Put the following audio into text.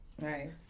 Right